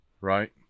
right